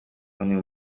amwe